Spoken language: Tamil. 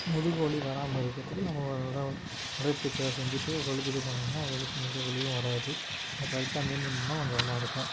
முதுகு வலி வராமல் இருக்கிறதுக்கு நம்ம அதுதான் உடற்பயிற்சி செஞ்சுட்டு ஓரளவுக்கு இது பண்ணீங்கன்னால் ஓரளவுக்கு முதுகு வலியும் வராது அது கரெக்டாக மெயின்டைன் பண்ணால் கொஞ்சம் நல்லாயிருக்கும்